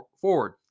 forward